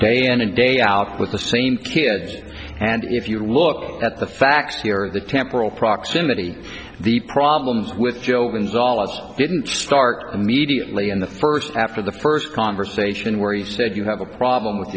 day in and day out with the same kids and if you look at the facts here the temporal proximity the problems with joe involved didn't start immediately in the first after the first conversation where he said you have a problem with